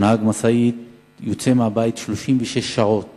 שנהג משאית יוצא מהבית ל-36 שעות